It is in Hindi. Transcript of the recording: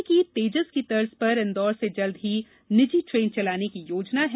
रेलवे की तेजस की तर्ज पर इंदौर से जल्द ही निजी ट्रेन चलाने की योजना है